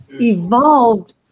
evolved